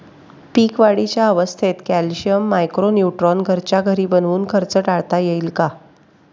पीक वाढीच्या अवस्थेत calcium, micro neutron घरच्या घरी बनवून खर्च टाळता येईल का?